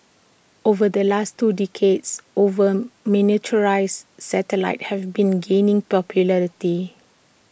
over the last two decades over miniaturised satellites have been gaining popularity